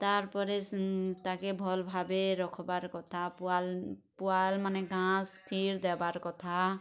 ତାର୍ ପରେ ତାକେ ଭଲ୍ ଭାବେ ରଖବାର୍ କଥା ପୁଆଲ୍ ପୁଆଲ୍ ମାନେ ଘାସ୍ ଥିର୍ ଦେବାର୍ କଥା